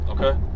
okay